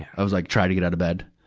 i was like, try to get out of bed.